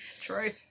True